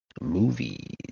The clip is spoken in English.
movies